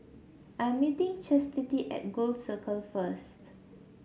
I am meeting Chastity at Gul Circle first